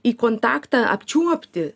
į kontaktą apčiuopti